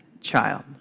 child